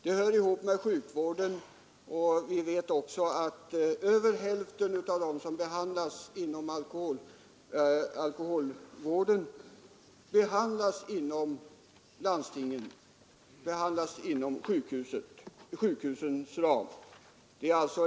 De hör ihop med sjukvården, och vi vet också att över hälften av dem som behandlas inom alkoholistvården behandlas inom landstingen, inom sjukhusens ram.